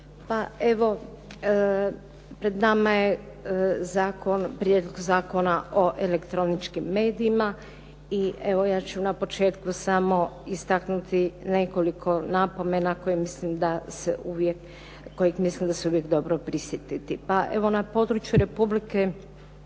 Pa evo, pred nama je zakon, Prijedlog zakona o elektroničkim medijima i evo ja ću na početku samo istaknuti nekoliko napomena koje mislim da se uvijek, kojih mislim da se uvijek dobro prisjetiti. Pa evo na području Republike